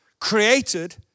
created